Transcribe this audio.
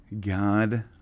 God